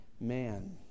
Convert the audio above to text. man